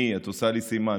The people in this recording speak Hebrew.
את עושה לי סימן.